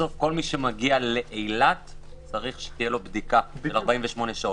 בסוף כל מי שמגיע לאילת צריך שתהיה לו בדיקה 48 שעות.